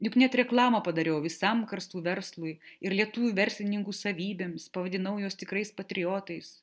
juk net reklamą padariau visam karstų verslui ir lietuvių verslininkų savybėms pavadinau juos tikrais patriotais